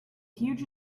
huge